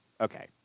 okay